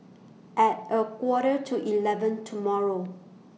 At A Quarter to eleven tomorrow